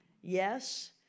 Yes